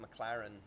McLaren